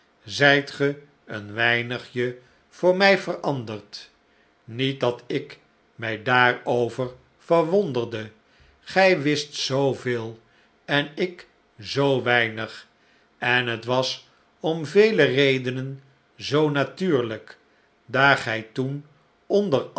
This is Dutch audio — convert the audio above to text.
zijt ge een weinigje voor mij veranderd niet dat ik mij daarover verwonderde gij wist zooveel en ik zoo weinig en het was om vele redenen zoo natuurlijk daar gij toen onder